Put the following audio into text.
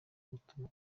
gutuma